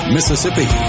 Mississippi